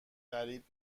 غریب